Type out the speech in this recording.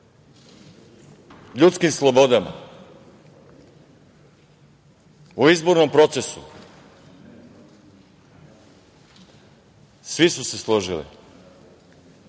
ljudskim slobodama, o izbornom procesu, svi su se složili